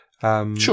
Sure